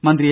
മന്ത്രി എ